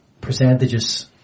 percentages